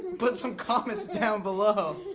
put some comments down below.